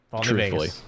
Truthfully